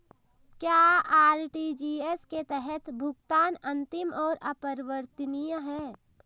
क्या आर.टी.जी.एस के तहत भुगतान अंतिम और अपरिवर्तनीय है?